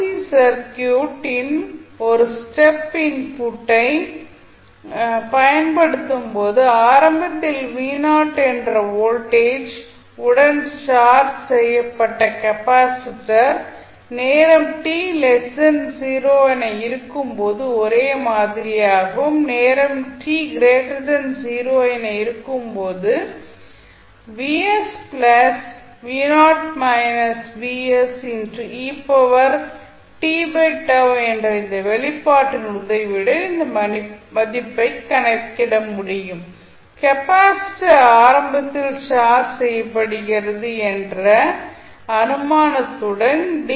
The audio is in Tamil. சி சர்க்யூட்டின் ஒரு ஸ்டெப் இன்புட்டை பயன்படுத்தும் போது ஆரம்பத்தில் என்ற வோல்டேஜ் உடன் சார்ஜ் செய்யப்பட்ட கெப்பாசிட்டர் நேரம் t 0 என இருக்கும் போது ஒரே மாதிரியாகவும் நேரம் t 0 என இருக்கும் போது என்ற இந்த வெளிப்பாட்டின் உதவியுடன் இந்த மதிப்பைக் கணக்கிட முடியும் கெப்பாசிட்டர் ஆரம்பத்தில் சார்ஜ் செய்யப்படுகிறது என்ற அனுமானத்துடன் டி